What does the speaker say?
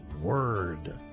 word